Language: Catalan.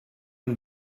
amb